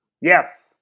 Yes